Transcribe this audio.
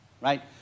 right